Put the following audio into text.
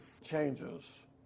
changes